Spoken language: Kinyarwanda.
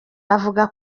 avuga